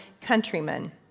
countrymen